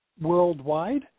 worldwide